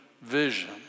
vision